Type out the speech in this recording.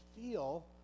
feel